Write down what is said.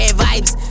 vibes